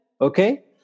okay